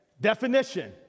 Definition